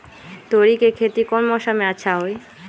तोड़ी के खेती कौन मौसम में अच्छा होई?